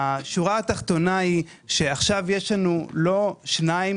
השורה התחתונה היא שיש לנו עכשיו לא שניים